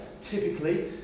typically